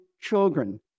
children